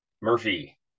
Murphy